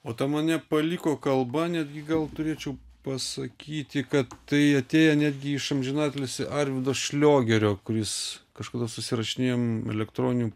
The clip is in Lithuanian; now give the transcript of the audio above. o tą mane paliko kalba netgi gal turėčiau pasakyti kad tai atėję netgi iš amžiną atilsį arvydo šliogerio kuris kažkada susirašinėjom elektroniniu